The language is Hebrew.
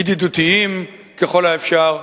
ידידותיים ככל האפשר,